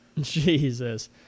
Jesus